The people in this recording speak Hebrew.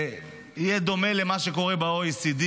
שיהיה ודומה למה שקורה ב-OECD,